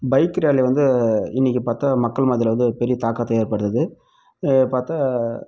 bike rally வந்து இன்றைக்கு பார்த்தா மக்கள் மனதில் வந்து அது பெரிய தாக்கத்தை ஏற்படுத்துது பார்த்தா